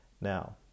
Now